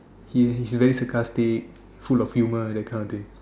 his very sarcastic full of humor that kind of thing